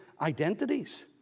identities